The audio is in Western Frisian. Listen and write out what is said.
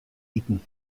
iten